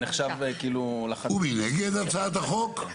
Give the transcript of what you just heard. ומי נגד הצעת החוק?